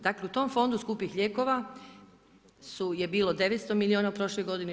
Dakle u tom Fondu skupih lijekova je bilo 900 milijuna u prošloj godini.